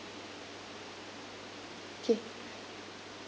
okay